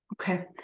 Okay